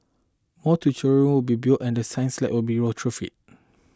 more tutorial be built and the science lab will be retrofitted